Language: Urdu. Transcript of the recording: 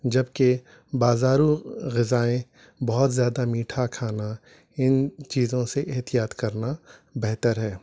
جبکہ بازارو غذائیں بہت زیادہ میٹھا کھانا ان چیزوں سے احتیاط کرنا بہتر ہے